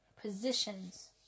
positions